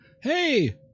hey